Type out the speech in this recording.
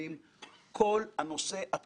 כלומר זה לא מטוס ראש הממשלה, זה קצת פחות.